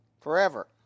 Forever